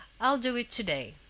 i'll do it to-day.